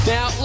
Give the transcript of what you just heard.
Now